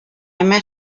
met